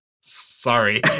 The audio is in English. Sorry